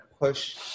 push